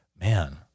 man